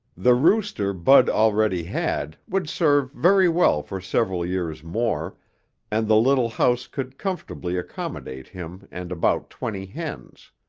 the rooster bud already had would serve very well for several years more and the little house could comfortably accommodate him and about twenty hens.